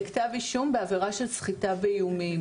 לכתב אישום בעבירה של סחיטה באיומים.